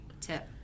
tip